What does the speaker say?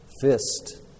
fist